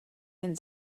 jen